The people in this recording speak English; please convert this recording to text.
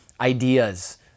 ideas